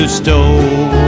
stole